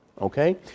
Okay